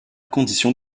condition